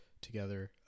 together